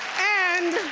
and